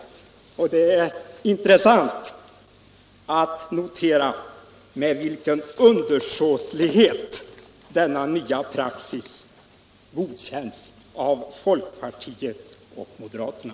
Det är intressant att notera med vilken undersåtlighet denna nya praxis godkänns av folkpartiet och moderaterna.